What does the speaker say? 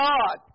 God